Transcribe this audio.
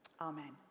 amen